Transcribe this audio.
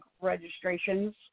registrations